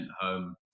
home